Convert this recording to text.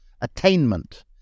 attainment